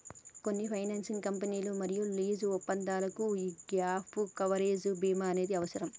కొన్ని ఫైనాన్సింగ్ కంపెనీలు మరియు లీజు ఒప్పందాలకు యీ గ్యేప్ కవరేజ్ బీమా అనేది అవసరం